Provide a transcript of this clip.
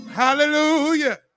Hallelujah